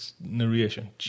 narration